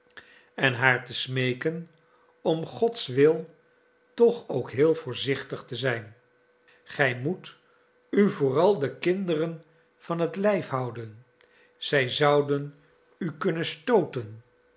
en haar te smeeken om gods wil toch ook heel voorzichtig te zijn gij moet u vooral de kinderen van het lijf houden zij zouden u kunnen stooten